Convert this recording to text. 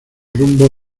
rumbo